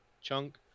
chunk